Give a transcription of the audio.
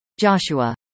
Joshua